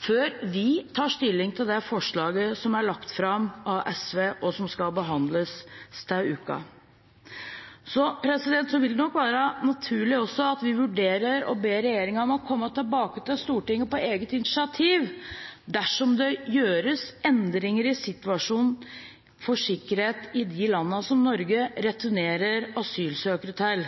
før vi tar stilling til forslaget som er lagt fram av SV, og som skal behandles til uken. Det vil nok også være naturlig at vi vurderer å be regjeringen om å komme tilbake til Stortinget på eget initiativ dersom sikkerhetssituasjonen endres i de landene som Norge returnerer asylsøkere til.